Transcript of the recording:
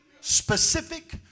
specific